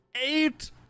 eight